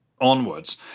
onwards